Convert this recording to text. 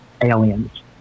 aliens